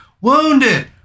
wounded